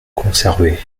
conservée